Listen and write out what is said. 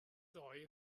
ddoe